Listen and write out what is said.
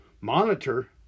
monitor